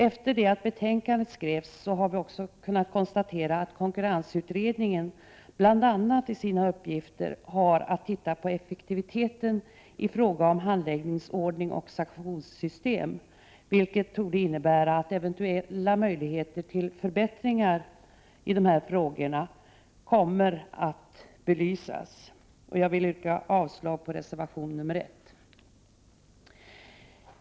Efter det att betänkandet skrevs har vi också kunnat konstatera att konkurrensutredningen i sina uppgifter bl.a. har att titta på effektiviteten i fråga om handläggningsordning och sanktionssystem, vilket torde innebära att eventuella möjligheter till förbättringar i dessa frågor kommer att belysas. Jag yrkar avslag på reservation nr 1.